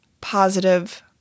positive